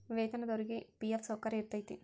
ವೇತನದೊರಿಗಿ ಫಿ.ಎಫ್ ಸೌಕರ್ಯ ಇರತೈತಿ